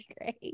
great